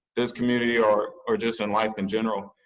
this community or or just in life in general.